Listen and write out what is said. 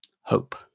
hope